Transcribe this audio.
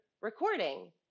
recording